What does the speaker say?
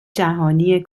جهانی